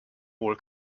wohl